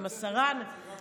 עם עשרה אנשים,